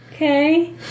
Okay